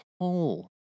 hole